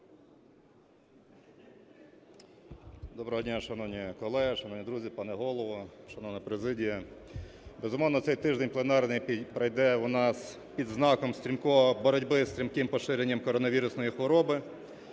Доброго дня, шановні колеги, шановні друзі, пане Голово, шановна президія! Безумовно, цей тиждень пленарний пройде у нас під знаком боротьби зі стрімким поширенням коронавірусної хвороби.